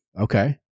Okay